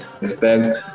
expect